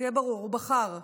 שיהיה ברור: הוא בחר,